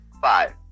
Five